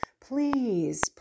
please